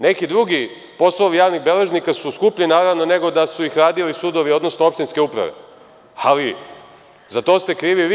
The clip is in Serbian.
Neki drugi poslovi javnih beležnika su skuplji nego da su ih radili sudovi, odnosno opštinske uprave, ali za to ste krivi vi.